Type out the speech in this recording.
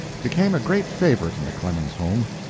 became a great favorite in the clemens home.